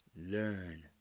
Learn